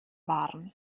waren